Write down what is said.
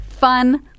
fun